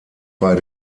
bei